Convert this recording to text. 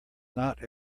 not